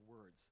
words